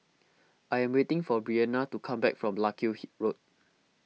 I am waiting for Breana to come back from Larkhill Road